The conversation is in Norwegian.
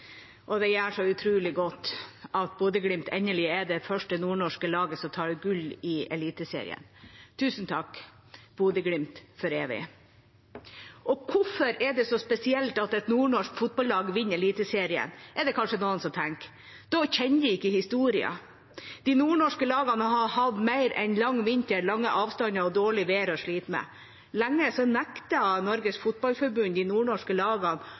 fortjent. Det gjør så utrolig godt at Bodø/Glimt, endelig, er det første nordnorske laget som tar gull i Eliteserien. Tusen takk, Bodø/Glimt for evig! Hvorfor er det så spesielt at et nordnorsk fotballag vinner Eliteserien, er det kanskje noen som tenker. Da kjenner de ikke historien. De nordnorske lagene har hatt mer enn lang vinter, lange avstander og dårlig vær å slite med. Lenge nektet Norges Fotballforbund de nordnorske lagene